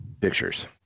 Pictures